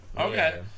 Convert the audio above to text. Okay